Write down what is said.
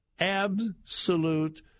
absolute